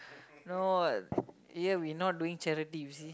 no here we not doing charity you see